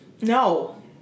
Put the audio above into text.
no